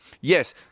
Yes